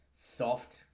soft